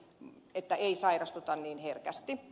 mä että ei tautiin niin herkästi